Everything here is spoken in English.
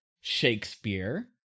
Shakespeare